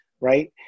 right